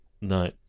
No